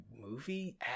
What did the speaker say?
movie